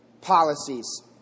policies